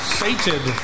sated